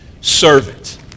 servant